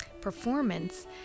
performance